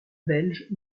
belge